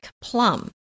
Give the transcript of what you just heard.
Plum